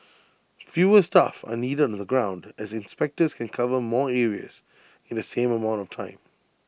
fewer staff are needed on the ground as inspectors can cover more areas in the same amount of time